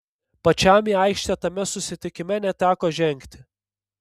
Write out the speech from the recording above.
pačiam į aikštę tame susitikime neteko žengti